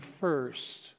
first